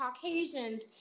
Caucasians